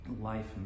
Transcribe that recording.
life